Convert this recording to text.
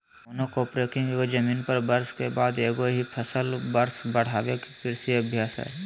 monocropping एगो जमीन पर वर्ष के बाद एगो ही फसल वर्ष बढ़ाबे के कृषि अभ्यास हइ